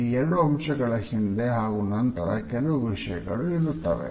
ಈ 2 ಅಂಶಗಳ ಹಿಂದೆ ಹಾಗೂ ನಂತರ ಕೆಲವು ವಿಷಯಗಳು ಇರುತ್ತವೆ